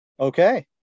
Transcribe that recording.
Okay